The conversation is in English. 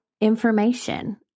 information